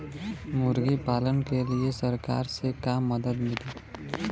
मुर्गी पालन के लीए सरकार से का मदद मिली?